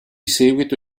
seguito